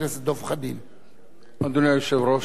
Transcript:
אדוני היושב-ראש, כנסת נכבדה,